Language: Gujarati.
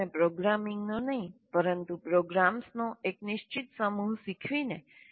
વિદ્યાર્થીઓને પ્રોગ્રામિંગનો નહીં પરંતુ પ્રોગ્રામ્સનો એક નિશ્ચિત સમૂહ શીખવીને